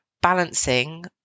balancing